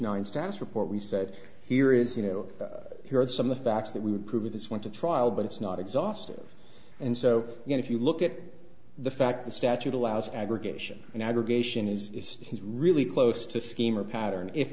nine status report we said here is you know here are some of the facts that we would prove this went to trial but it's not exhaustive and so if you look at the fact the statute allows aggregation and aggregation is is he's really close to scheme a pattern if